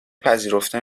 پذیرفته